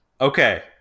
Okay